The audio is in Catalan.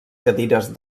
cadires